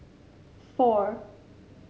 four